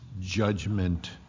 judgment